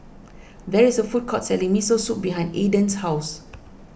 there is a food court selling Miso Soup behind Aydan's house